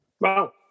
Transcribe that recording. Wow